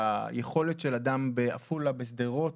שהיכולת של אדם בעפולה, בשדרות,